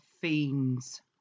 fiends